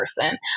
person